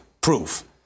proof